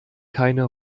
keine